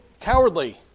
cowardly